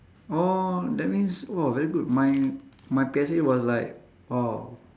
oh that means !wah! very good my my P_S_L_E was like !wow!